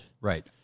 Right